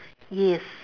yes